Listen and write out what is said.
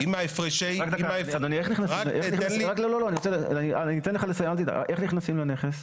איך נכנסים לנכס?